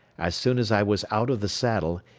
as soon as i was out of the saddle,